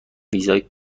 ویزای